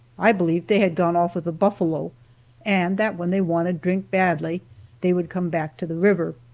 i believed they had gone off with the buffalo and that when they wanted drink badly they would come back to the river.